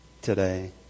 today